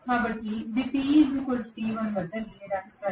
కాబట్టి దీన్ని t t1 వద్ద గీయడానికి ప్రయత్నిస్తాను